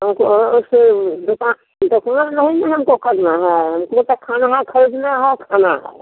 हमको अथी दुका बेचना नहीं है हमको करना है हमको तो खाना है खरीदना है खाना है